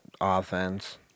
offense